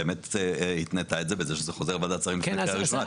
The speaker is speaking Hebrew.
באמת התנתה את זה בזה שזה חוזר לוועדת השרים לפני הקריאה הראשונה.